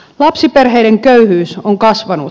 lapsiperheiden köyhyys on kasvanut